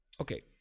Okay